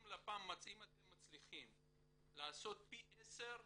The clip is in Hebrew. אם אתם מצליחים לעשות פי 10,